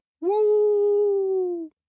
woo